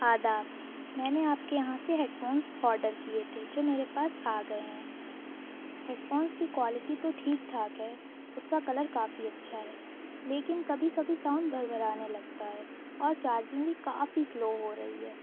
آداب میں نے آپ کے یہاں سے ہیڈ فونس آڈر کیے تھے جو میرے پاس آ گئے ہیں ہیڈ فونس کی کوالٹی تو ٹھیک ٹھاک ہے اس کا کلر کافی اچھا ہے لیکن کبھی کبھی ساؤنڈ بھربھرانے لگتا ہے اور چارجنگ بھی کافی سلو ہو رہی ہے